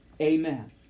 Amen